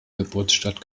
geburtsstadt